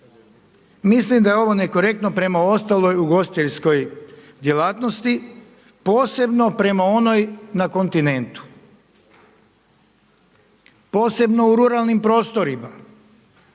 Mislim da je ovo nekorektno prema ostalog ugostiteljskoj djelatnosti, posebno prema onoj na kontinentu, posebno u ruralnim prostorima.